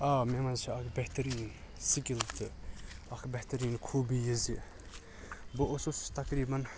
آ مےٚ مَنٛز چھِ اکھ بہتریٖن سکل تہٕ اکھ بہتریٖن خوٗبی یہِ زِ بہٕ اوسُس تَقریبن